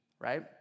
Right